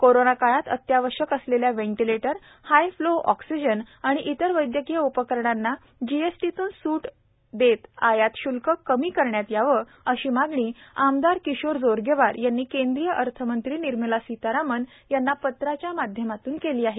corona काळात अत्यावश्यक असलेल्या व्हेंटिलेटर हाय फ्लो ऑक्सिजन आणि इतर वैद्यकीय उपकरणांना जिएसटीत सूट देत आयात श्ल्क कमी करण्यात यावे अशी मागणी आमदार किशोर जोरगेवार यांनी केंद्रीय अर्थमंत्री निर्मला सितारमन यांना पत्राच्या माध्यमातून केली आहे